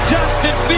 Justin